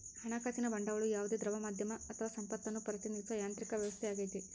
ಹಣಕಾಸಿನ ಬಂಡವಾಳವು ಯಾವುದೇ ದ್ರವ ಮಾಧ್ಯಮ ಅಥವಾ ಸಂಪತ್ತನ್ನು ಪ್ರತಿನಿಧಿಸೋ ಯಾಂತ್ರಿಕ ವ್ಯವಸ್ಥೆಯಾಗೈತಿ